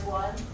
one